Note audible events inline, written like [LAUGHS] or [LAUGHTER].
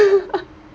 [LAUGHS]